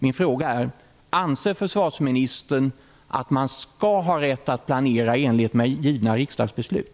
Min fråga är: Anser försvarsministern att man skall ha rätt att planera i enlighet med fattade riksdagsbeslut?